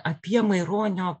apie maironio